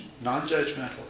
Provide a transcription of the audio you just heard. non-judgmental